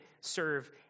serve